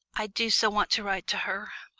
i do so want to write to her.